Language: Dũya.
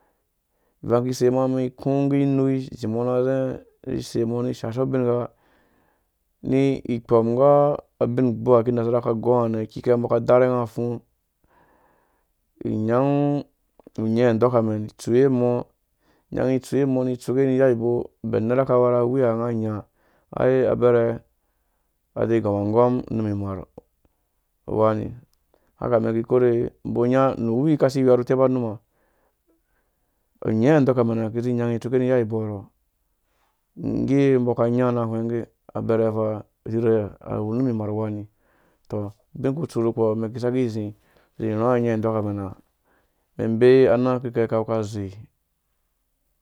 Ivang iki sei umɛn ikũ nggu inui izimɔ na zaa isei mɔ ishashu ubingha ni ikpɔm nggu abin ugbanwa aki unasara akika gɔnga narɛ akikɛ aki idarhanga afũ inyangu unyɛ̃ anoka mɛn itsuuwe umɔ̃ inyangi itsiuiwe umɔ̃ ni tsuke ni iya ibo, ubɛn unera aka wura wiya unga anya ai abɛrɛ adɛɛ igom anggɔm unum imar uwani, haka umɛn iki nu uwuruwi akosi iwea nu tepa unuma unyɛ̃ undoka mi iki nyãnga itsuke ri iya ibo haro ngge umbo aki inya na ahwɛng angge abɛrɛ fa irhirhe awu unum imar uwani uto ubin ukutsi nukpɔ umɛn ikisaki iz~ irhɔĩ angee andɔkamɛn ĩbee anankɛ aka wuka zee.